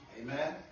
Amen